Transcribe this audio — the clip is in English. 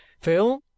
Phil